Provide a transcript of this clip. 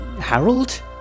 Harold